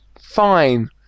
Fine